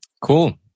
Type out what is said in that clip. Cool